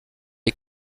est